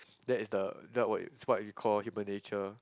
that is the that what you is what you call human nature